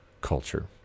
culture